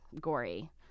gory